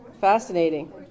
Fascinating